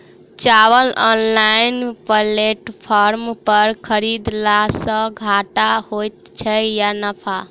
चावल online platform पर खरीदलासे घाटा होइ छै या नफा?